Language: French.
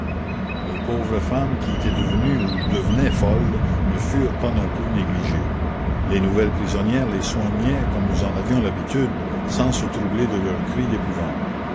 les pauvres femmes qui étaient devenues ou devenaient folles ne furent pas non plus négligées les nouvelles prisonnières les soignaient comme nous en avions l'habitude sans se troubler de leurs cris d'épouvante